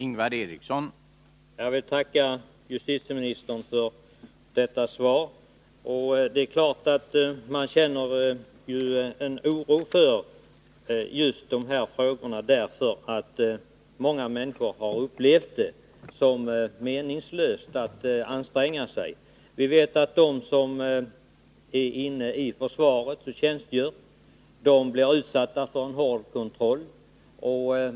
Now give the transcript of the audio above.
Herr talman! Jag vill tacka justitieministern för detta svar. Det är klart att man känner oro inför dessa frågor, därför att många människor upplevt det som meningslöst att anstränga sig. Vi vet att de som tjänstgör inom försvaret blir utsatta för en hård kontroll.